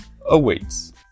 awaits